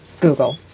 Google